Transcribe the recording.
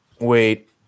wait